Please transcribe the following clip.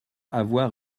avoir